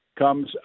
comes